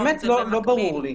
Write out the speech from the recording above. לא ברור לי.